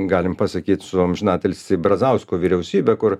galim pasakyt su amžinatilsį brazausko vyriausybe kur